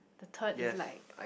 the turd is like